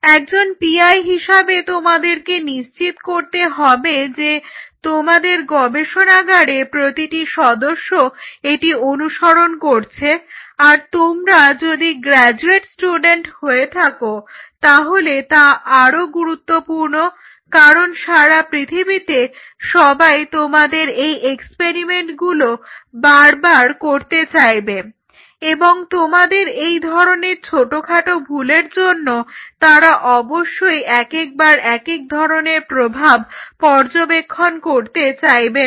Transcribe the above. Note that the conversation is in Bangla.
একজন পিআই হিসাবে তোমাদেরকে নিশ্চিত করতে হবে যেতোমাদের গবেষণাগারে প্রতিটি সদস্য এটি অনুসরণ করছে আর তোমরা যদি গ্রাজুয়েট স্টুডেন্ট হয়ে থাকো তাহলে তা আরও গুরুত্বপূর্ণ কারণ সারা পৃথিবীতে সবাই তোমাদের এই এক্সপেরিমেন্টগুলো বারবার করতে চাইবে এবং তোমাদের এই ধরনের ছোটখাট ভুলের জন্য তারা অবশ্যই একেকবার একেক ধরনের প্রভাব পর্যবেক্ষণ করতে চাইবে না